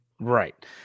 Right